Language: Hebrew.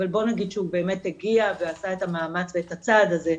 אבל בוא נגיד שהוא באמת הגיע ועשה את המאמץ ואת הצעד הזה,